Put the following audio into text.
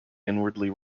inwardly